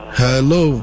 hello